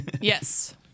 yes